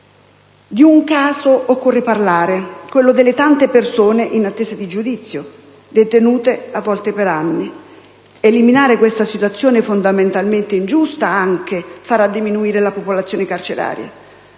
Di un caso occorre parlare: quello delle tante persone in attesa di giudizio, detenute a volte per anni. Eliminare questa situazione, fondamentalmente ingiusta, farà diminuire la popolazione carceraria.